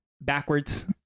backwards